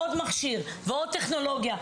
עוד מכשיר ועוד טכנולוגיה,